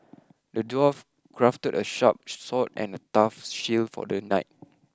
the dwarf crafted a sharp sword and a tough shield for the knight